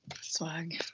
Swag